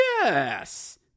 Yes